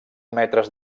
metres